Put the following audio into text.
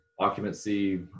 occupancy